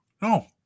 no